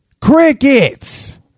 Crickets